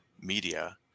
media